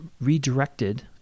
redirected